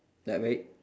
like very